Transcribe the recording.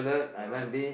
ya lah